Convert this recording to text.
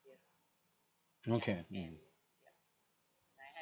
okay mm